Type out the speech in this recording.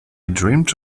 dreamed